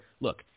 look